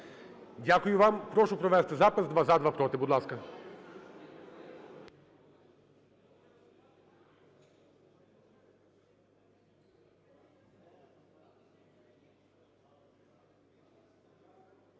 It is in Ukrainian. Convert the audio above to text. Дякую вам. Прошу провести запис: два – за, два – проти. Будь ласка.